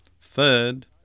Third